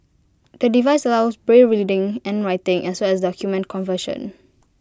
the device allows braille reading and writing as well as document conversion